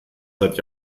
seit